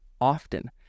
often